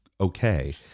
okay